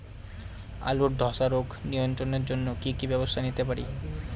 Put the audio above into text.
আলুর ধ্বসা রোগ নিয়ন্ত্রণের জন্য কি কি ব্যবস্থা নিতে পারি?